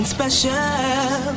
special